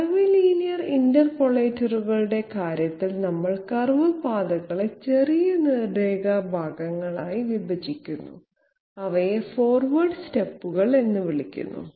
curvilinear ഇന്റർപോളേറ്ററുകളുടെ കാര്യത്തിൽ നമ്മൾ കർവ് പാതകളെ ചെറിയ നേർരേഖ ഭാഗങ്ങളായി വിഭജിക്കുന്നു അവയെ ഫോർവെർഡ് സ്റ്റെപ്പുകൾ എന്ന് വിളിക്കുന്നു